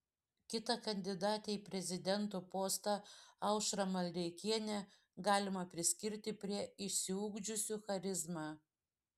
kitą kandidatę į prezidento postą aušrą maldeikienę galima priskirti prie išsiugdžiusių charizmą